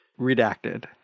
Redacted